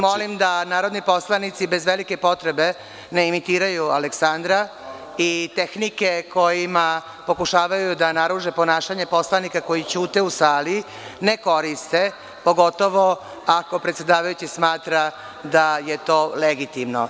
Molim da narodni poslanici bez velike potrebe ne imitiraju Aleksandra i tehnike kojima pokušavaju da naruže ponašanje poslanika koji ćute u sali, ne koriste, pogotovo ako predsedavajući smatra da je to legitimno.